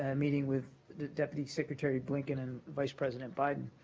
ah meeting with deputy secretary blinken and vice president biden,